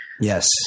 Yes